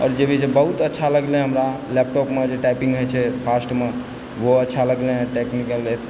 आओर जे भी बहुत अच्छा लगलै हमरा लैपटॉपमे जे टाइपिंग होइत छै फास्टमेओ अच्छा लगलय हँ टाइपिंग करनाइ